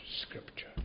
Scripture